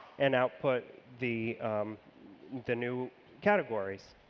and output the the new categories.